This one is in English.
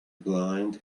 blind